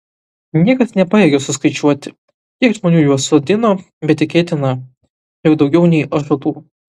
niekas nepajėgė suskaičiuoti kiek žmonių juos sodino bet tikėtina jog daugiau nei ąžuolų